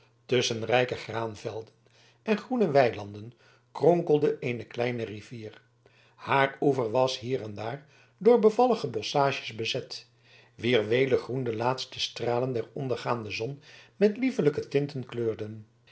tusschen rijke graanvelden en groene weilanden kronkelde eene kleine rivier haar oever was hier en daar door bevallige bosschages bezet wier welig groen de laatste stralen der ondergaande zon met liefelijke tinten kleurden